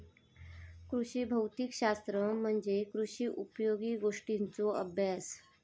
कृषी भौतिक शास्त्र म्हणजे कृषी उपयोगी गोष्टींचों अभ्यास